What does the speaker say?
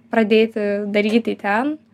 pradėti daryti ten